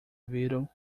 viram